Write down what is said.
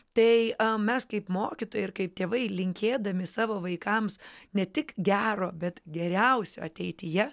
tai am mes kaip mokytojai ir kaip tėvai linkėdami savo vaikams ne tik gero bet geriausio ateityje